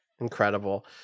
Incredible